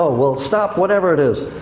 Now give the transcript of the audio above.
ah well, stop whatever it is!